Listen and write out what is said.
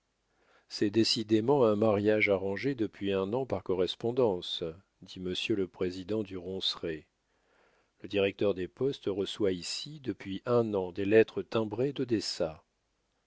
c'est décidément un mariage arrangé depuis un an par correspondance dit monsieur le président du ronceret le directeur des postes reçoit ici depuis un an des lettres timbrées d'odessa